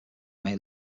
may